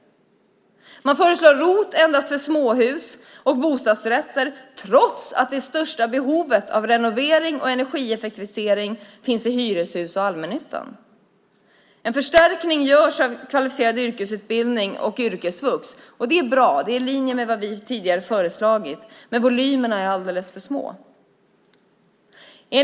Man föreslår ROT endast för småhus och bostadsrätter trots att det största behovet av renovering och energieffektivisering finns i hyreshus och i allmännyttan. En förstärkning görs av kvalificerad yrkesutbildning och yrkesvux, och det är bra. Det är i linje med vad vi tidigare föreslagit. Men volymerna är alldeles för små.